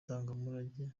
ndangamurage